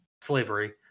slavery